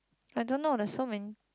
I don't know there are so many